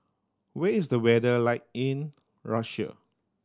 where is the weather like in Russia